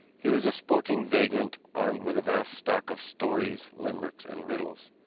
he was a sporting vagrant armed with a vast stock of stories, limericks and riddles.